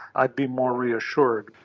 i'd be more reassured.